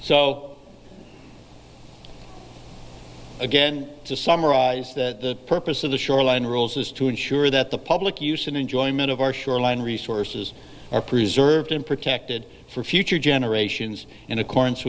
so again to summarize the purpose of the shoreline rules is to ensure that the public use and enjoyment of our shoreline resources are preserved and protected for future generations in accordance